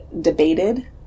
debated